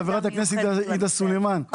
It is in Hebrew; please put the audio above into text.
חברת הכנסת עאידה תומא סולימן,